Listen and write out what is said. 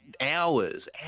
hours